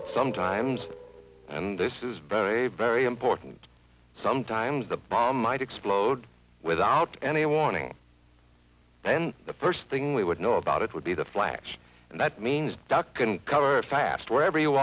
but sometimes and this is very very important sometimes the bomb might explode without any warning then the first thing we would know about it would be the flash and that means duck and cover fast wherever you